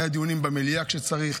היו דיונים במליאה כשהיה צריך.